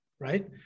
right